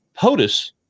POTUS